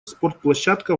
спортплощадка